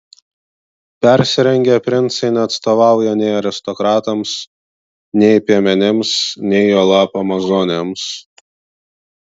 persirengę princai neatstovauja nei aristokratams nei piemenims nei juolab amazonėms